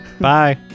Bye